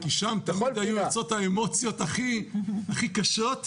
כי שם תמיד היו יוצאות האמוציות הכי קשות,